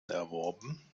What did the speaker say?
erworben